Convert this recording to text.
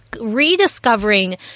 rediscovering